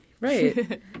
Right